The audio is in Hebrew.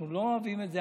אנחנו לא אוהבים את זה,